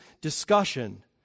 discussion